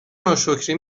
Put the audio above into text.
ناشکری